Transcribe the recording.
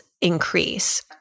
increase